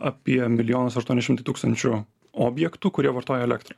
apie milijonas aštuoni šimtai tūkstančių objektų kurie vartoja elektrą